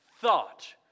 thought